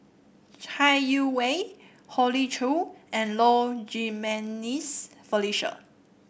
Chai Yee Wei Hoey Choo and Low Jimenez Felicia